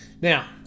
Now